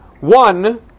One